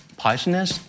poisonous